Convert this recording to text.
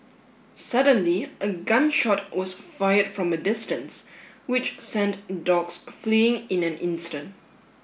suddenly a gun shot was fired from a distance which sent the dogs fleeing in an instant